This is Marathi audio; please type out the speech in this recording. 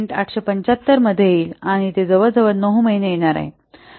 875 मध्ये येईल आणि ते जवळजवळ 9 महिने येणार आहे